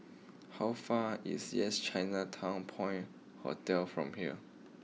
how far is Yes Chinatown Point Hotel from here